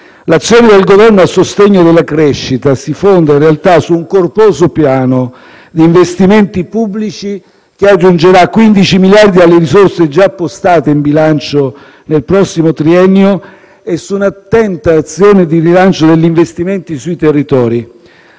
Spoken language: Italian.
L'azione del Governo a sostegno della crescita si fonda, in realtà, su un corposo piano di investimenti pubblici, che aggiungerà 15 miliardi alle risorse già postate in bilancio per il prossimo triennio, e su un'attenta azione di rilancio degli investimenti sui territori.